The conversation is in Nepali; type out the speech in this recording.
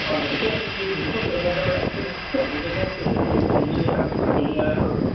हजुर त्यहाँको प्लेसहरू कस्तो र जग्गाहरू ठिक छ घुम्नुलायकको हुन्छ फ्यामिली लिएर आउँछु घुम्नुलाई हो